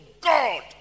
god